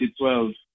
2012